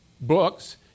books